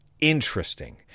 interesting